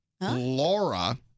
Laura